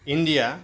India